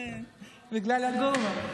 כן, בגלל הגובה.